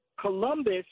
Columbus